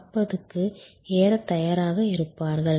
40 க்கு ஏறத் தயாராக இருப்பார்கள்